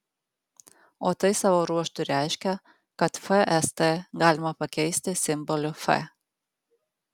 o tai savo ruožtu reiškia kad fst galima pakeisti simboliu f